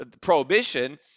prohibition